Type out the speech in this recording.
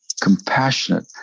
compassionate